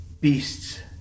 beasts